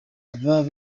aba